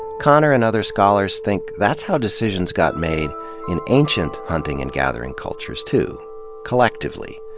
konner and other scholars think that's how decisions got made in ancient hunting and gathering cultures, too collectively.